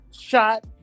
shot